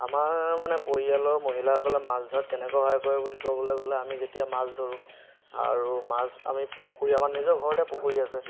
আমাৰ মানে পৰিয়ালৰ মহিলাসকলে মাছ ধৰাত কেনেকৈ সহায় কৰে বুলি ক'বলৈ গ'লে আমি যেতিয়া মাছ ধৰোঁ আৰু মাছ আমি পুখুৰী আমাৰ নিজৰ ঘৰতে পুখুৰী আছে